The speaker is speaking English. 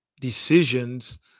decisions